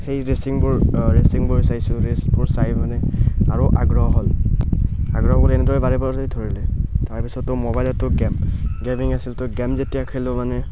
সেই ৰেচিংবোৰ ৰেচিংবোৰ চাইছোঁ ৰেচবোৰ চাই মানে আৰু আগ্ৰহ হ'ল আগ্ৰহ হ'বলৈ এনেদৰে বাৰে বাৰেতো ধৰিলে তাৰপিছতো মোবাইলতো গেম গেমিং আছিল তো গেম যেতিয়া খেলোঁ মানে